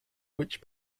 which